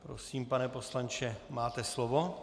Prosím, pane poslanče, máte slovo.